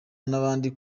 n’abandi